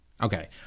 Okay